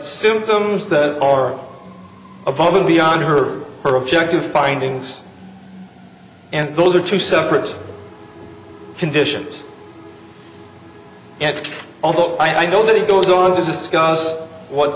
symptoms that are above and beyond her her objective findings and those are two separate conditions although i know that it goes on to discuss what